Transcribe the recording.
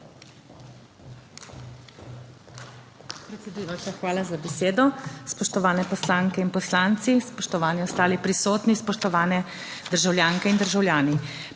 hvala za besedo. Spoštovane poslanke in poslanci, spoštovani ostali prisotni, spoštovane državljanke in državljani!